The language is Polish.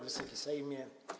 Wysoki Sejmie!